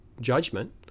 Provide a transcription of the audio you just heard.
judgment